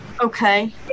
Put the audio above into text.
Okay